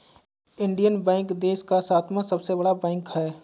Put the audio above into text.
Indian bank देश का सातवां सबसे बड़ा बैंक है